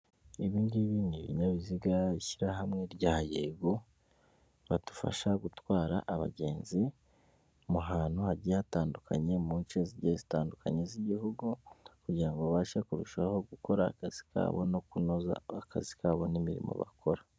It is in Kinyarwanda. Ibi ngibi ni ibinyabiziga ishyirahamwe rya yego, badufasha gutwara abagenzi mu hantu hagiye hatandukanye mu nce zigiye tandukanye z'igihugu kugira ngo babashe kurushaho gukora akazi kabo no kunoza akazi kabo n'imirimo bakora.